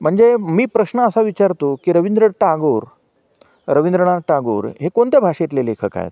म्हणजे मी प्रश्न असा विचारतो की रवींद्र टागोर रवींद्रनाथ टागोर हे कोणत्या भाषेतले लेखक आहे